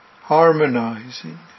Harmonizing